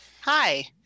Hi